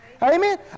Amen